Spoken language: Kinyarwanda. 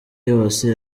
yose